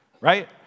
right